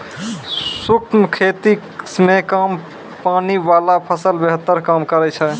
शुष्क खेती मे कम पानी वाला फसल बेहतर काम करै छै